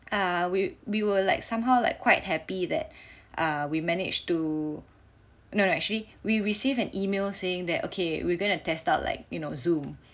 err we we were like somehow like quite happy that uh we managed to no no actually we received an email saying that okay we're going to test out like you know Zoom